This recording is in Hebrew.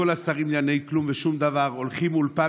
כל השרים לענייני כלום ושום דבר הולכים מאולפן